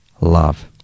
love